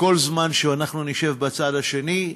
וכל זמן שנשב בצד השני,